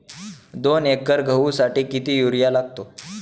दोन एकर गहूसाठी किती युरिया लागतो?